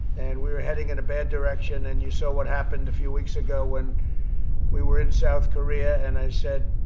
and we were heading in a bad direction. and you saw what happened a few weeks ago when we were in south korea, and i said,